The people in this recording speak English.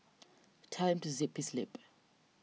tell him to zip his lip